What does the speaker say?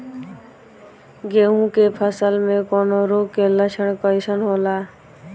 गेहूं के फसल में कवक रोग के लक्षण कइसन होला?